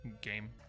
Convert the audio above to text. game